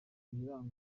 ibiranga